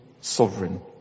sovereign